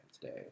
today